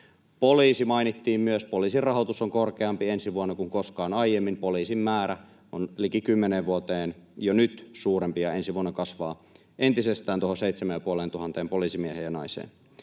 Poliisi mainittiin myös. Poliisin rahoitus on ensi vuonna korkeampi kuin koskaan aiemmin. Poliisin määrä on liki kymmeneen vuoteen jo nyt suurempi ja ensi vuonna kasvaa entisestään tuohon 7 500 poliisimieheen ja -naiseen.